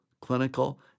clinical